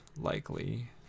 likely